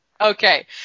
Okay